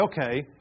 okay